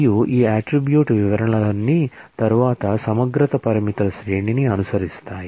మరియు ఈ అట్ట్రిబ్యూట్ వివరణలన్నీ తరువాత సమగ్రత పరిమితుల శ్రేణిని అనుసరిస్తాయి